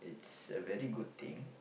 it's a very good thing